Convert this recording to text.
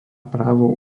právo